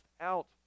out